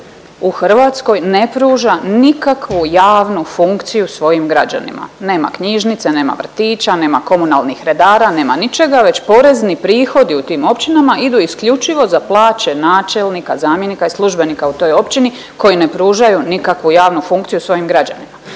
u Hrvatskoj ne pruži nikakvu javnu funkciju svojim građanima, nema knjižnice, nema vrtića, nema komunalnih redara, nema ničega već porezni prihodi u tim općinama idu isključivo za plaće načelnika, zamjenika i službenika u toj općini koji ne pružaju nikakvu javnu funkciju svojim građanima,